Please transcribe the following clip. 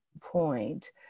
point